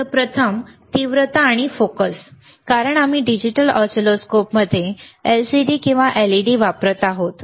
तर प्रथम तीव्रता आणि फोकस आहे कारण आम्ही डिजिटल ऑसिलोस्कोपमध्ये LCD किंवा LED वापरत आहोत